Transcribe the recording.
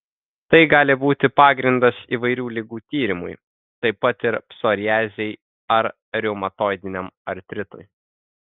tai gali būti pagrindas įvairių ligų tyrimui taip pat ir psoriazei ar reumatoidiniam artritui